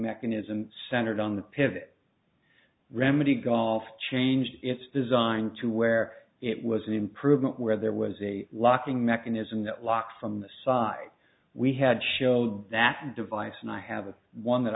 mechanism centered on the pivot remedy golf changed its design to where it was an improvement where there was a locking mechanism that locks on the side we had showed that device and i have one that